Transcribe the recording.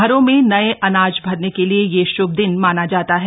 घरों में नए अनाज भरने के लिए ये श्भ दिन माना जाता है